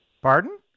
Pardon